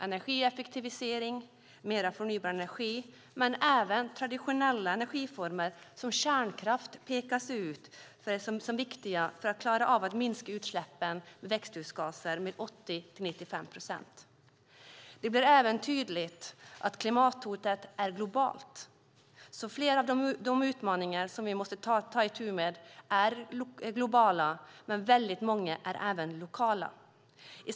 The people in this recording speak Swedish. Energieffektivisering, mer förnybar energi men även traditionella energiformer som kärnkraft pekas ut som viktiga för att man ska klara av att minska utsläppen av växthusgaser med 80-95 procent. Det blir även tydligt att klimathotet är globalt. Flera av de utmaningar som vi måste ta itu med är globala, men väldigt många är lokala.